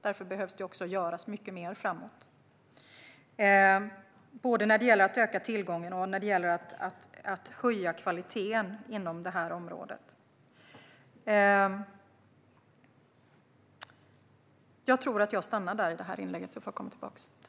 Därför behöver det också göras mycket mer framöver, både för att öka tillgången och höja kvaliteten på det här området.